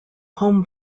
home